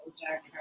Jack